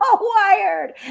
wired